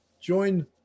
Join